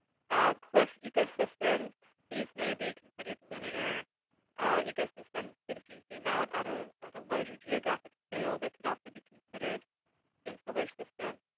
ah cliff ecosystems these may be considered linear ecosystems, but if you zoom out at ah at a larger geographic scale, they could also be considered insular systems.